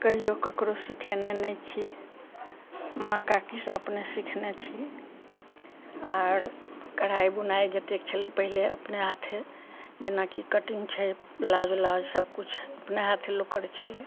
कहियो केकरो सीखेने नहि छी माँ काकी से अपने सीखने छी आर कढ़ाई बुनाई जते छलै पहिले अपने हाथे जेना की कटिंग छै ब्लाउज उलाउज सब कुछ अपने हाथे लोग करै छलय